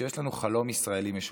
שיש לנו חלום ישראלי משותף.